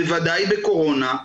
בוודאי בקורונה,